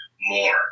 more